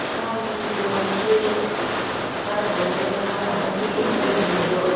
ꯑꯉꯥꯡꯒꯤ ꯐꯤꯔꯣꯟꯁꯤ ꯈꯔ ꯂꯩꯔꯦ ꯈꯔ ꯑꯃꯗꯤ ꯂꯩꯗ꯭ꯔꯤ ꯑꯗꯣ